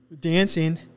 Dancing